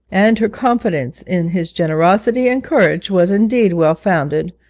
and her confidence in his generosity and courage was indeed well-founded,